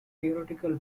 theoretical